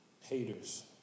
haters